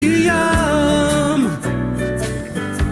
ים!